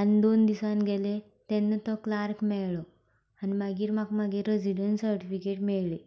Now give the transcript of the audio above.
आनी दोन दिसान गेले तेन्ना तो क्लार्क मेळ्ळो आनी मागीर म्हाका म्हगे रेजिडंट सिर्टिफिकेट मेळल्ली